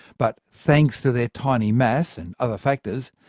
but thanks to their tiny mass and other factors,